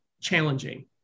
challenging